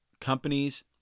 companies